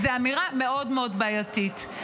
זו אמירה מאוד מאוד בעייתית.